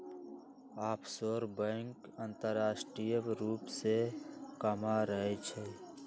offshore bank अंतरराष्ट्रीय रूप से काम करइ छइ